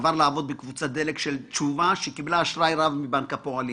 עבר לעבוד בקבוצת דלק של תשובה שקיבלה אשראי רב מבנק הפועלים.